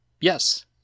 Yes